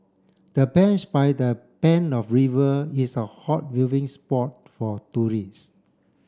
the bench by the ban of river is a hot viewing spot for tourists